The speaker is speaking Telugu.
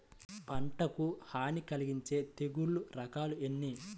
పంటకు హాని కలిగించే తెగుళ్ల రకాలు ఎన్ని?